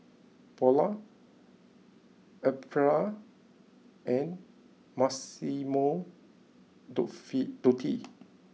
Polar Aprilia and Massimo Dufy Dutti